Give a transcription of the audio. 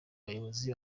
bayobozi